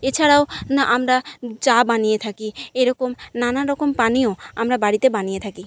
এছাড়াও না আমরা চা বানিয়ে থাকি এরকম নানা রকম পানীয় আমরা বাড়িতে বানিয়ে থাকি